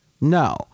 No